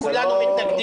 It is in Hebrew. לא נכון.